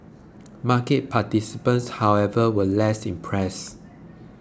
market participants however were less impressed